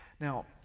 Now